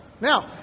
Now